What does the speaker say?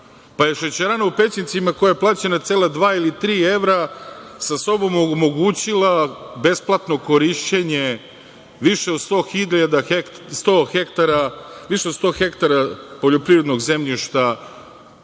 pa je šećerana u Pećincima, koja je plaćena cela dva ili tri evra, sa sobom omogućila besplatno korišćenje više od 100 hektara poljoprivrednog zemljišta